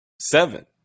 Seven